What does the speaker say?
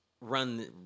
run